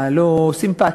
הלא-סימפתית,